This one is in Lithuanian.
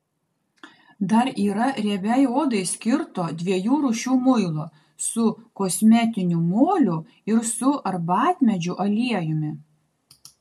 dar yra riebiai odai skirto dviejų rūšių muilo su kosmetiniu moliu ir su arbatmedžių aliejumi